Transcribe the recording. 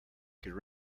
could